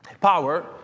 power